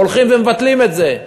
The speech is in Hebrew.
הולכים ומבטלים את זה.